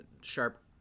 sharp